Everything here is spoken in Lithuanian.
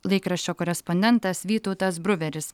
laikraščio korespondentas vytautas bruveris